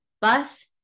bus